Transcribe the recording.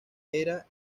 hera